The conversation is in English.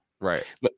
Right